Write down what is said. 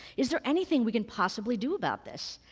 is there anything we can possibly do about this?